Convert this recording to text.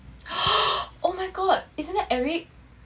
oh my god isn't that eric